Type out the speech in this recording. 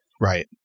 Right